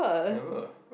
never